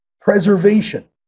Preservation